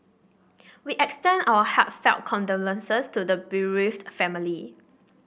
we extend our heartfelt condolences to the bereaved family